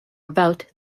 about